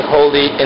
Holy